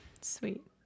Sweet